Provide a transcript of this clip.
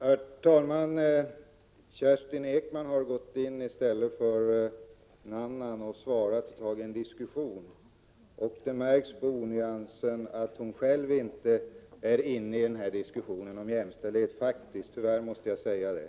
Herr talman! Kerstin Ekman har gått in i stället för en annan ledamot i denna diskussion. Det märks på nyanserna att hon själv inte är helt inne i vad diskussionen om jämställdhet faktiskt gäller i statsförvaltningen. Tyvärr måste jag säga det.